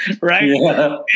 Right